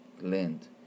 land